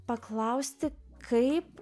paklausti kaip